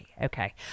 Okay